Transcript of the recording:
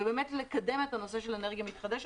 ולקדם את הנושא של אנרגיה מתחדשת.